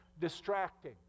Distracting